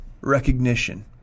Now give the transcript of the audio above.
recognition